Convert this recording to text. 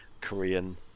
Korean